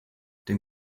den